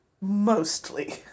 mostly